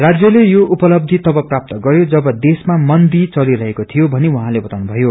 राष्यले यो उपलव्यि तब प्रास्त गर्यो जब देशमा मन्दी चलिरहेको थियो षनी उहाँले बताउनुषयो